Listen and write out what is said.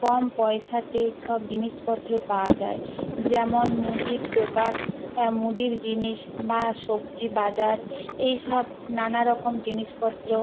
কম পয়সাতে সব জিনিসপত্র পাওয়া যায় যেমন মুদির দোকান মুদির জিনিস বা সবজি বাজার এই সব নানা রকম জিনিসপত্র